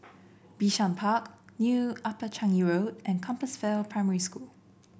Bishan Park New Upper Changi Road and Compassvale Primary School